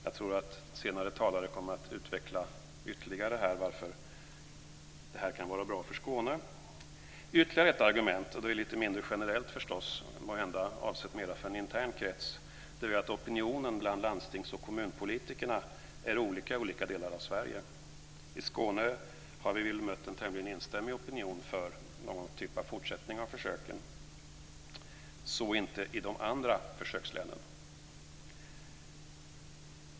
Jag tror att senare talare kommer att ytterligare utveckla varför det här kan vara bra för Skåne. Ytterligare ett argument, naturligtvis mindre generellt och måhända avsett mer för en intern krets, är att opinionen bland landstings och kommunpolitikerna är olika i olika delar av Sverige. I Skåne har vi väl mött en tämligen samstämmig opinion för någon typ av fortsättning av försöken; så inte i de andra försökslänen.